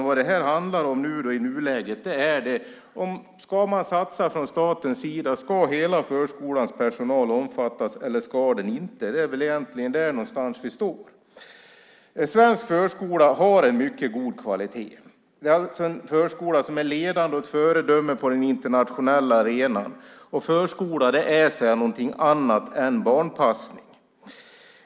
Vad det handlar om i nuläget är om man från statens sida ska satsa och om hela förskolans personal ska omfattas eller inte. Det är egentligen där vi står. Svensk förskola har en mycket god kvalitet. Det är en förskola som är ledande och ett föredöme på den internationella arenan. Förskola är någonting annat än barnpassning.